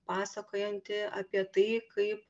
pasakojanti apie tai kaip